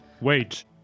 Wait